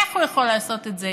איך הוא יכול לעשות את זה